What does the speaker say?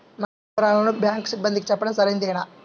నా బ్యాంకు వివరాలను బ్యాంకు సిబ్బందికి చెప్పడం సరైందేనా?